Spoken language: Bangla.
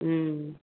হ্যাঁ